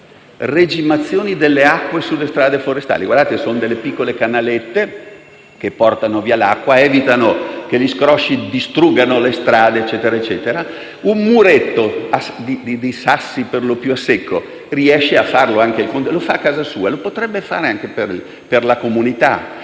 regimazioni delle acque sulle strade forestali»; si tratta di piccole canalette che portano via l'acqua, evitano che gli scrosci distruggano le strade e quant'altro. Un muretto di sassi, per lo più a secco, riesce a farlo anche il contadino: lo fa a casa sua e lo potrebbe fare anche per la comunità.